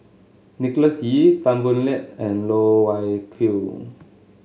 Nicholas Ee Tan Boo Liat and Loh Wai Kiew